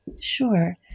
Sure